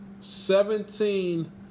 Seventeen